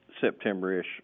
September-ish